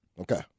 Okay